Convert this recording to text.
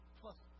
plus